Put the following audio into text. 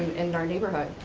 in our neighborhood.